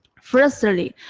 firstly,